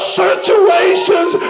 situations